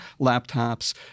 laptops